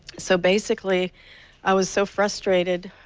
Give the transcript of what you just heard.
so basically i was so frustrated